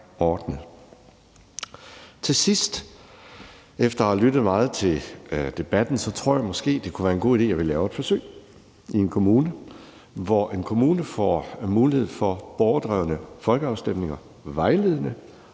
Til sidst efter at have lyttet meget til debatten vil jeg sige, at jeg måske tror, det kunne være en god idé, at vi lavede et forsøg i en kommune, hvor en kommune fik mulighed for vejledende borgerdrevne folkeafstemninger, og lad